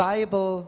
Bible